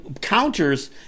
counters